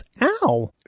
ow